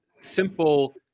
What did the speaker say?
simple